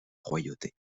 royauté